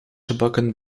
gebakken